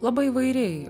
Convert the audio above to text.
labai įvairiai